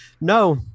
no